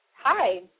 hi